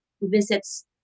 visits